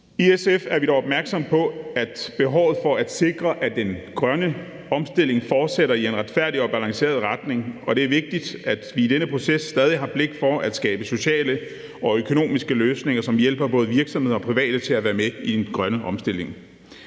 I SF er vi dog opmærksomme på behovet for at sikre, at den grønne omstilling fortsætter i en retfærdig og balanceret retning, og det er vigtigt, at vi i denne proces stadig har blik for at skabe sociale og økonomiske løsninger, som hjælper både virksomheder og private til at være med i den grønne omstilling.